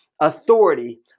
authority